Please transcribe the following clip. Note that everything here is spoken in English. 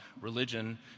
religion